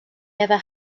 never